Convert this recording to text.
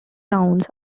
towns